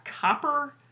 copper